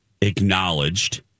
acknowledged